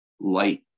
light